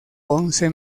once